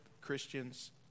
Christians